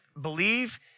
believe